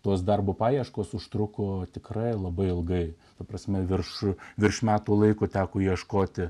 tos darbo paieškos užtruko tikrai labai ilgai ta prasme viršų virš metų laiko teko ieškoti